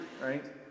right